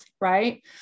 right